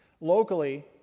locally